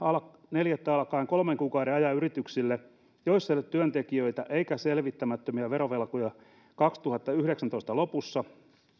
neljättä alkaen kolmen kuukauden ajan yrityksille joissa ei ole työntekijöitä eikä selvittämättömiä verovelkoja kaksituhattayhdeksäntoista lopussa